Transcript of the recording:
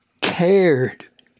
cared